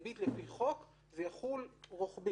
ריבית לפי חוק זה יחול רוחבית,